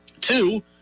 Two